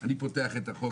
אני פותח את החוק.